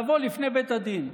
בהסכמה, לבוא לפני בית הדין.